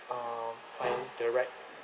um find the right